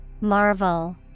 Marvel